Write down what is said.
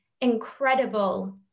incredible